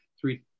three